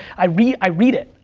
i read i read it.